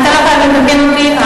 אתה לא חייב לתקן אותי.